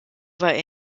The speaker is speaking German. war